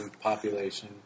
population